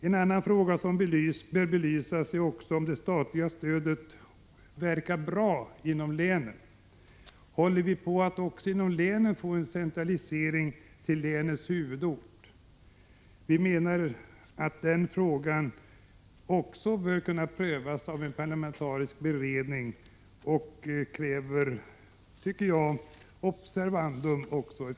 En annan fråga som bör belysas är om det statliga stödet fungerar bra inom länen. Håller vi på att också inom länen få en centralisering till huvudorten? Vi menar att även den frågan bör kunna prövas av en parlamentarisk beredning. Det krävs för framtiden ett observandum.